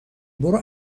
برو